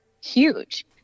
huge